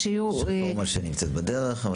אז שיהיו --- יש רפורמה שנמצאת בדרך.